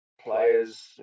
players